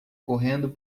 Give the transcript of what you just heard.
correndo